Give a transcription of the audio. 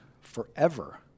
forever